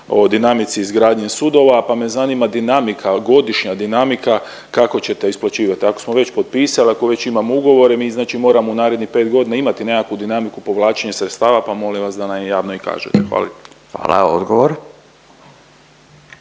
o dinamici izgradnje sudova, pa me zanima dinamika, godišnja dinamika kako ćete isplaćivati. Ako smo već potpisali, ako već imamo ugovore, mi znači moramo u narednih 5 godina imati nekakvu dinamiku povlačenja sredstava, pa molim vas da nam javno i kažete. Hvala lijepo.